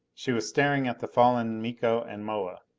she was staring at the fallen miko and moa.